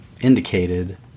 indicated